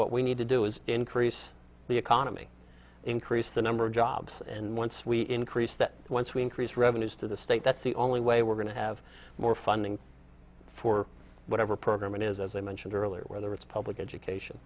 what we need to do is increase the economy increase the number of jobs and once we increase that once we increase revenues to the state that's the only way we're going to have more fun for whatever program it is as i mentioned earlier whether it's public education